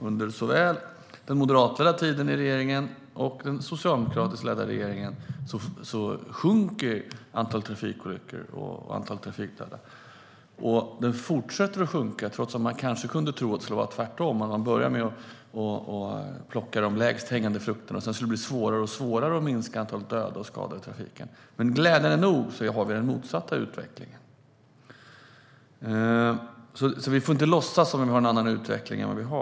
Under såväl den moderatledda ledda regeringen som under den socialdemokratiskt ledda regeringen sjunker antalet trafikolyckor och antalet trafikdöda. Och antalet fortsätter att minska, trots att man skulle kunna tro att det var tvärtom, att man började med att plocka de lägst hängande frukterna och att det sedan skulle bli svårare och svårare att minska antalet dödade och skadade i trafiken. Men glädjande nog har vi den motsatta utvecklingen. Vi får inte låtsas som att vi har en annan utveckling än vad vi har.